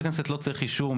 צריך אישור.